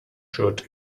should